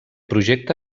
projecte